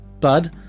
bud